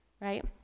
right